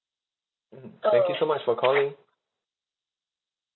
mm thank you so much for calling